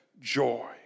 joy